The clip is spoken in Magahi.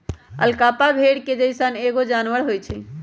अलपाका भेड़ के जइसन एगो जानवर होई छई